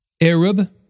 Arab